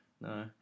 no